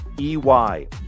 EY